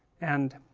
and,